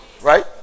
Right